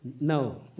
No